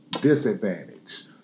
disadvantage